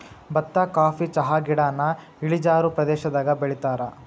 ಬತ್ತಾ ಕಾಫಿ ಚಹಾಗಿಡಾನ ಇಳಿಜಾರ ಪ್ರದೇಶದಾಗ ಬೆಳಿತಾರ